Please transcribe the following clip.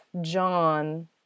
John